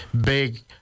big